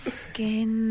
skin